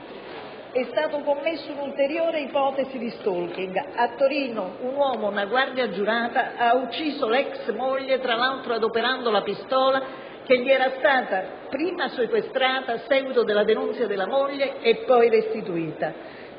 conseguenza di un'ulteriore ipotesi di *stalking*. A Torino, un uomo, una guardia giurata, ha ucciso l'ex moglie adoperando la pistola che gli era stata prima sequestrata, a seguito della denunzia della moglie, e poi restituita.